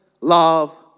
love